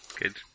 Good